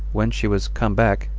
when she was come back,